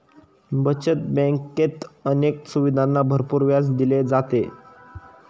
बचत बँकेत अनेक सुविधांना भरपूर व्याज दिले जाते